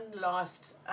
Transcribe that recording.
last